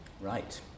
Right